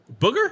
Booger